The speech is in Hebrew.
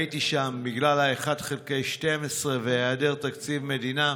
הייתי שם, בגלל ה-1 חלקי 12 והיעדר תקציב מדינה.